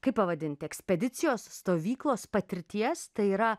kaip pavadinti ekspedicijos stovyklos patirties tai yra